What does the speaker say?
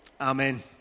Amen